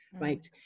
right